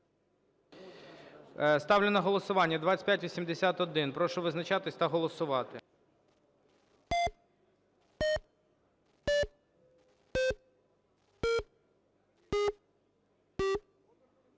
Ставлю на голосування 2582. Прошу визначатись та голосувати.